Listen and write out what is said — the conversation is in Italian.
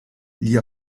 gli